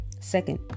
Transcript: Second